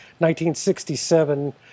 1967